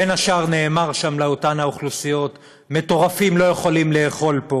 בין השאר נאמר שם לאותן האוכלוסיות: מטורפים לא יכולים לאכול פה,